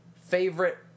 Favorite